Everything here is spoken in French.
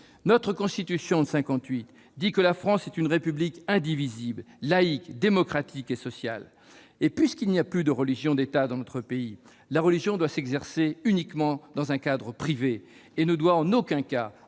Notre Constitution de 1958 dit que « la France est une République indivisible, laïque, démocratique et sociale ». Puisqu'il n'y a plus de religion d'État dans notre pays, la religion doit s'exercer uniquement dans un cadre privé et ne doit en aucun cas